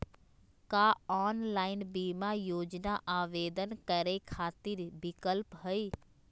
का ऑनलाइन बीमा योजना आवेदन करै खातिर विक्लप हई?